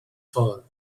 fall